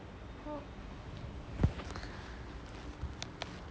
oh